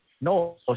no